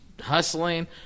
hustling